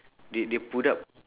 they they put up